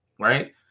right